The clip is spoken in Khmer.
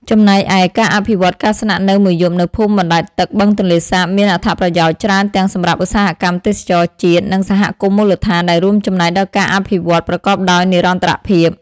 ចំណែកឯ ការអភិវឌ្ឍការស្នាក់នៅមួយយប់នៅភូមិបណ្ដែតទឹកបឹងទន្លេសាបមានអត្ថប្រយោជន៍ច្រើនទាំងសម្រាប់ឧស្សាហកម្មទេសចរណ៍ជាតិ និងសហគមន៍មូលដ្ឋាន ដែលរួមចំណែកដល់ការអភិវឌ្ឍប្រកបដោយនិរន្តរភាព។